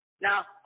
now